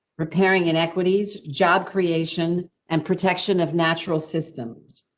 repairing and equities, job creation and protection of natural systems.